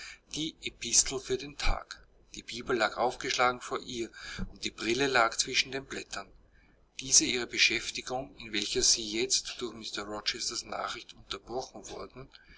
die epistel für den tag die bibel lag aufgeschlagen vor ihr und die brille lag zwischen den blättern diese ihre beschäftigung in welcher sie jetzt durch mr rochesters nachricht unterbrochen worden